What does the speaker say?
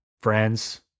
friends